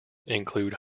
include